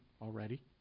already